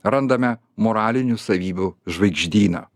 randame moralinių savybių žvaigždyną